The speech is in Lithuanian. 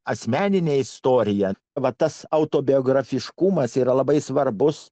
asmeninė istorija va tas autobiografiškumas yra labai svarbus